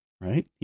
right